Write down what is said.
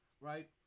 Right